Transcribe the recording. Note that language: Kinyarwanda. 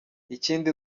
ikindi